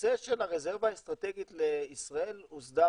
הנושא של הרזרבה האסטרטגית לישראל הוסדר